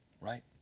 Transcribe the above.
right